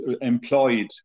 employed